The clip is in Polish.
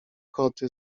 koty